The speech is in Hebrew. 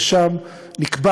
ושם נקבע